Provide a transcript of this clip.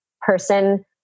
person